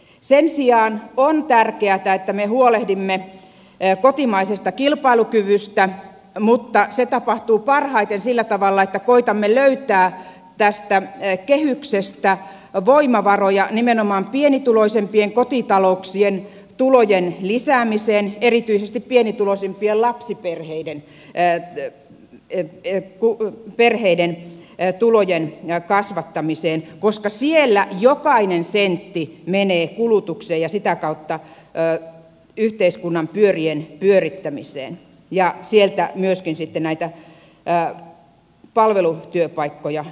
sen sijaan on tärkeätä että me huolehdimme kotimaisesta kilpailukyvystä mutta se tapahtuu parhaiten sillä tavalla että koetamme löytää tästä kehyksestä voimavaroja nimenomaan pienituloisimpien kotitalouksien tulojen lisäämiseen erityisesti pienituloisimpien lapsiperheiden päälle ettei koko perheiden etuloiden tulojen kasvattamiseen koska siellä jokainen sentti menee kulutukseen ja sitä kautta yhteiskunnan pyörien pyörittämiseen ja sieltä myöskin sitten näitä palvelutyöpaikkoja syntyy